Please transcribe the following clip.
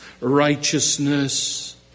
righteousness